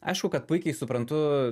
aišku kad puikiai suprantu